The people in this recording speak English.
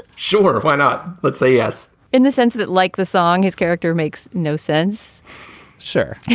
sure why not let's say yes in the sense that like the song his character makes no sense sir.